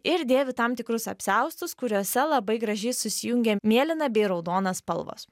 ir dėvi tam tikrus apsiaustus kuriuose labai gražiai susijungia mėlyna bei raudona spalvos